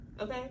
okay